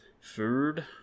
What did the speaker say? food